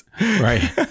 Right